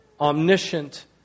omniscient